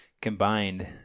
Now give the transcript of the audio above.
Combined